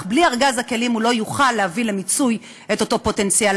אך בלי ארגז הכלים הוא לא יוכל להביא למיצוי את אותו פוטנציאל.